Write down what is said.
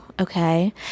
Okay